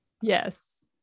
Yes